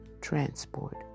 transport